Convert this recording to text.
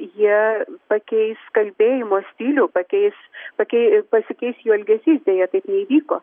jie pakeis kalbėjimo stilių pakeis pakeis pasikeis jų elgesys deja taip neįvyko